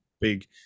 big